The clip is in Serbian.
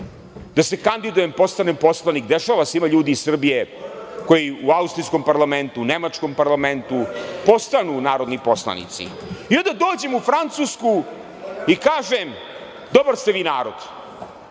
da se kandidujem, postanem poslanik, dešava se, ima ljudi iz Srbije koji u austrijskom parlamentu, nemačkom parlamentu, postanu narodni poslanici. I, onda dođem u Francusku i kažem, dobar ste vi narod,